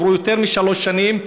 עברו יותר משלוש שנים,